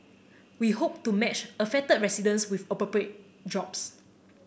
we hope to match affected residents with appropriate jobs